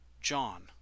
John